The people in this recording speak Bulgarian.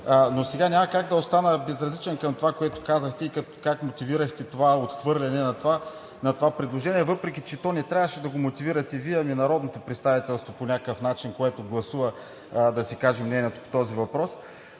но сега няма как да остана безразличен към това, което казахте и как мотивирахте това отхвърляне на това предложение, въпреки че то не трябваше да го мотивирате, ами народното представителство по някакъв начин, което гласува, да си каже мнението по този въпрос.